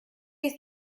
you